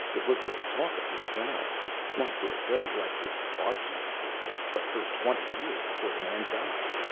it was the talk of these realms not for a day, like this barkeeper business, but for twenty years before the man died.